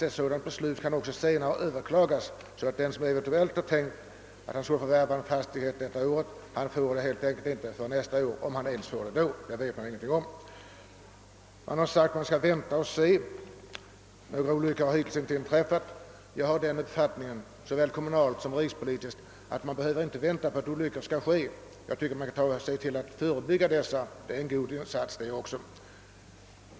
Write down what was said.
Ett sådant här beslut kan dessutom senare överklagas. Den som eventuellt har tänkt förvärva en fastighet i år kan således kanske inte få göra det förrän nästa år, om han ens får det då — det vet man ingenting om. Man vill vänta och se; några olyckor har hittills inte inträffat. Jag har den uppfattningen — såväl kommunalt som rikspolitiskt — att man inte behöver vänta på att olyckor skall inträffa. Man kan försöka förebygga sådana, det är en god insats det också.